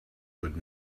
would